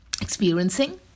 experiencing